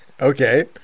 Okay